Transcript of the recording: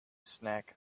snack